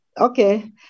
Okay